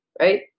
right